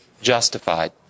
justified